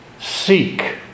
seek